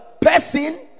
person